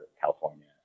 California